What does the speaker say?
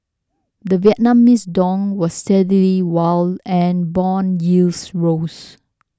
the Vietnamese dong was steady while and bond yields rose